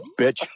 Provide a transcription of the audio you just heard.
bitch